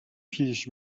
پیش